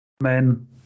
men